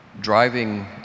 driving